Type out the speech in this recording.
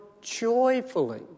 joyfully